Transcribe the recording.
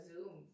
Zoom